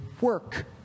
work